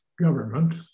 government